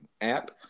app